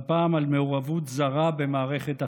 והפעם על מעורבות זרה במערכת החינוך.